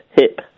hip